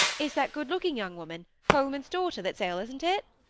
it's that good-looking young woman, holman's daughter, that's ill, isn't it